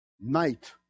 Night